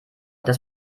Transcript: dass